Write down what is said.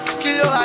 kilo